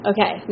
Okay